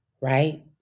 right